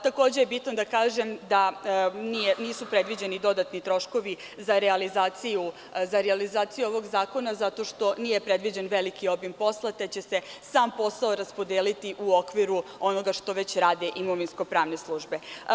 Takođe, bitno je da kažem da nisu predviđeni dodatni troškovi za realizaciju ovog zakona, zato što nije predviđen veliki obim posla, te će se sam posao raspodeliti u okviru onoga što već rade imovinsko-pravne službe.